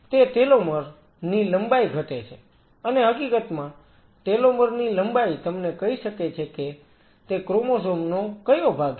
તે ટેલોમર ની લંબાઈ ઘટે છે અને હકીકતમાં ટેલોમર ની લંબાઈ તમને કહી શકે છે કે તે ક્રોમોસોમ નો કયો ભાગ છે